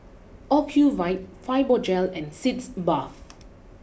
Ocuvite Fibogel and Sitz Bath